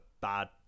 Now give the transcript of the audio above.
bad